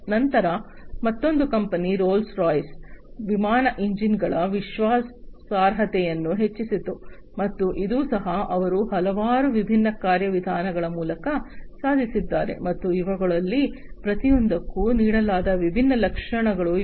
ನಂತರ ಮತ್ತೊಂದು company Rolls Royce ವಿಮಾನ ಎಂಜಿನ್ಗಳಲ್ಲಿ ವಿಶ್ವಾಸಾರ್ಹತೆಯನ್ನು ಹೆಚ್ಚಿಸಿತು ಮತ್ತು ಇದು ಸಹ ಅವರು ಹಲವಾರು ವಿಭಿನ್ನ ಕಾರ್ಯವಿಧಾನಗಳ ಮೂಲಕ ಸಾಧಿಸಿದ್ದಾರೆ ಮತ್ತು ಇವುಗಳಲ್ಲಿ ಪ್ರತಿಯೊಂದಕ್ಕೂ ನೀಡಲಾದ ವಿಭಿನ್ನ ಲಕ್ಷಣಗಳು ಇವು